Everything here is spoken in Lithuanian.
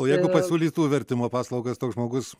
o jeigu pasiūlytų vertimo paslaugas toks žmogus